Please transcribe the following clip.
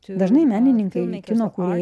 dažnai menininkai bei kino kūrėjai